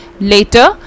Later